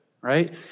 right